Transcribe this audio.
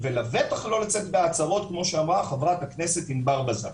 ולבטח לא לצאת בהצהרות כמו שאמרה חברת הכנסת ענבר בזק.